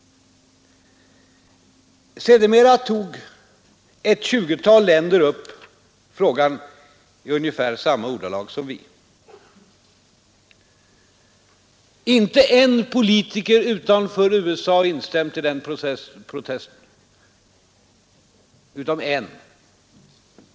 Sedermera tog ett 20-tal länder upp frågan i ungefär samma ordalag som vi gjort. Bara en politiker utanför USA har instämt i den protesten: herr Bohman.